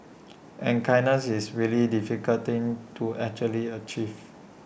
and kindness is really difficult thing to actually achieve